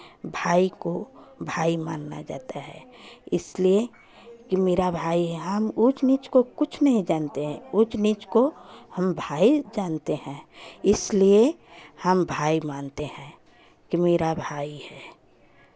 भाई को भाई मानना जाता है इसलिए कि मेरा भाई है हम ऊँच नींच को कुछ नहीं जानते हैं ऊँच नींच को हम भाई जानते हैं इसलिए हम भाई मानते हैं कि मेरा भाई है